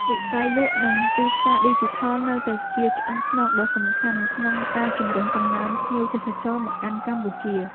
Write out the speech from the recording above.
វិស័យលក់និងទីផ្សារឌីជីថលនៅតែជាឆ្អឹងខ្នងដ៏សំខាន់ក្នុងការជំរុញកំណើនភ្ញៀវទេសចរមកកាន់កម្ពុជា។